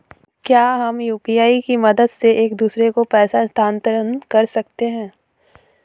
क्या हम यू.पी.आई की मदद से एक दूसरे को पैसे स्थानांतरण कर सकते हैं?